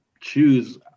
choose